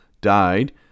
died